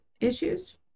issues